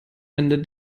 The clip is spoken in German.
ende